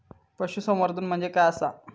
पशुसंवर्धन म्हणजे काय आसा?